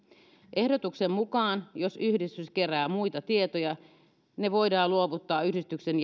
ehdotuksen mukaan jos yhdistys kerää muita tietoja ne voidaan luovuttaa yhdistyksen